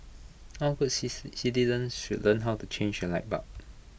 all good citizens should learn how to change A light bulb